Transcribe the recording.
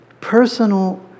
Personal